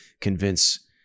convince